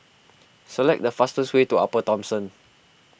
select the fastest way to Upper Thomson